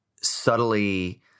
subtly—